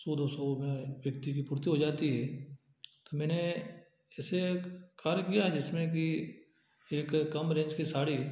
सौ दो सौ में व्यक्ति की पूर्ति हो जाती है मैंने ऐसे कार्य किया जिसमें कि एक कम रेंज की साड़ी